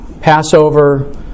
Passover